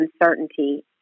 uncertainty